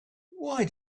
why